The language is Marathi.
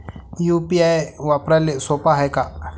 यू.पी.आय वापराले सोप हाय का?